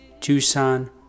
Tucson